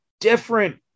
different